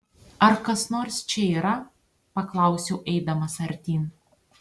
ar kas nors čia yra paklausiau eidamas artyn